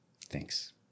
Thanks